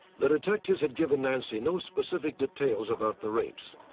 the detectives had given nancy no specific details about the rapes.